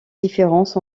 différences